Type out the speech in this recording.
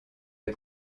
est